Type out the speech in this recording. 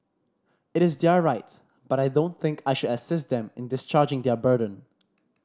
it is their rights but I don't think I should assist them in discharging their burden